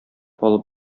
алып